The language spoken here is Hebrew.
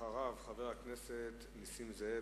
אחריו, חבר הכנסת נסים זאב.